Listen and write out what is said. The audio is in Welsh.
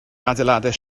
adeiladau